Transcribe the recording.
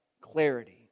clarity